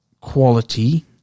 quality